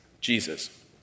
Jesus